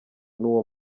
nuwo